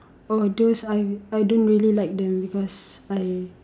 oh those I I don't really like them because I